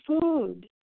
food